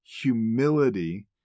humility